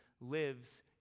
lives